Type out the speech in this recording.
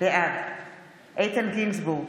בעד איתן גינזבורג,